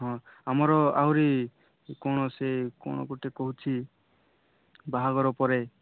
ହଁ ଆମର ଆହୁରି କ'ଣ ସେ କ'ଣ ଗୋଟେ କହୁଛି ବାହାଘର ପରେ